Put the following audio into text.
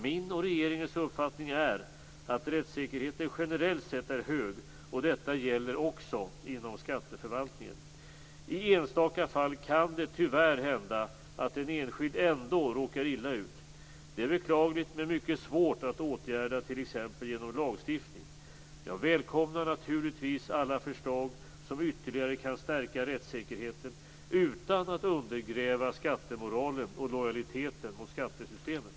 Min och regeringens uppfattning är att rättssäkerheten generellt sett är hög och detta gäller också inom skatteförvaltningen. I enstaka fall kan det tyvärr hända att en enskild ändå råkar illa ut. Det är beklagligt men mycket svårt att åtgärda t.ex. genom lagstiftning. Jag välkomnar naturligtvis alla förslag som ytterligare kan stärka rättssäkerheten utan att undergräva skattemoralen och lojaliteten mot skattesystemet.